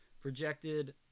Projected